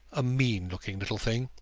a mean-looking little thing.